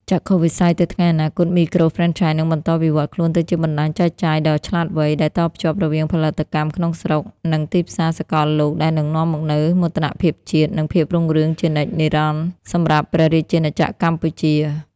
ចក្ខុវិស័យទៅថ្ងៃអនាគត មីក្រូហ្វ្រេនឆាយនឹងបន្តវិវត្តខ្លួនទៅជាបណ្តាញចែកចាយដ៏ឆ្លាតវៃ ដែលតភ្ជាប់រវាងផលិតកម្មក្នុងស្រុក និងទីផ្សារសកលលោក ដែលនឹងនាំមកនូវមោទនភាពជាតិ និងភាពរុងរឿងជានិច្ចនិរន្តរ៍សម្រាប់ព្រះរាជាណាចក្រកម្ពុជា។